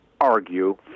argue